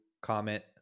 comment